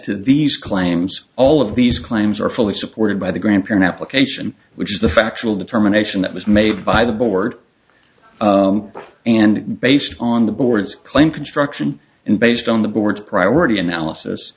to these claims all of these claims are fully supported by the grandparent application which is the factual determination that was made by the board and based on the board's claim construction and based on the board's priority analysis